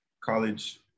college